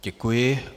Děkuji.